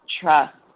trust